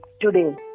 today